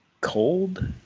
cold